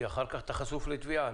כי אחר כך אתה חשוף לתביעה.